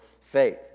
faith